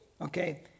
Okay